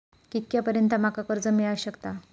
कितक्या पर्यंत माका कर्ज मिला शकता?